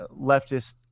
leftist